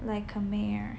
like a mayor